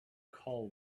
call